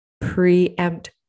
preempt